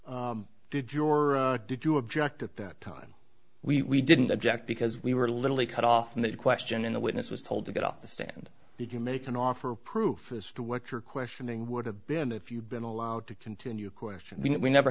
did your did you object at that time we didn't object because we were literally cut off from that question in the witness was told to get off the stand did you make an offer of proof as to what your questioning would have been if you'd been allowed to continue questioning we never